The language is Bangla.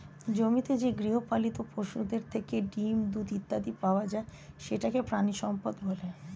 জমিতে যে গৃহপালিত পশুদের থেকে ডিম, দুধ ইত্যাদি পাওয়া যায় সেটাকে প্রাণিসম্পদ বলে